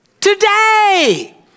today